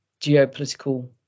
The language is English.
geopolitical